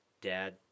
dad